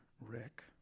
Rick